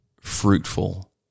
fruitful